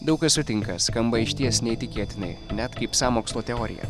daug kas sutinka skamba išties neįtikėtinai net kaip sąmokslo teorija